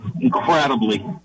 incredibly